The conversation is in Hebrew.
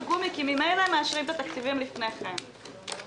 גומי כי ממילא מאשרים את התקציבים לפני כן,